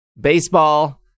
baseball